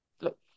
look